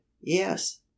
yes